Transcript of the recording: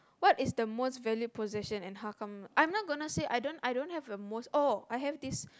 what is the most valued possession and how come I'm not gonna say I don't I don't have a most oh I have this